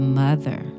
mother